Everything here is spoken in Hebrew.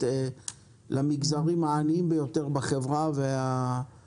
למגזרים העניים ביותר בחברה והפחות מטופחים.